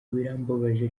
birambabaje